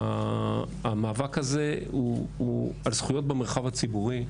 והמאבק הזה הוא על זכויות במרחב הציבורי,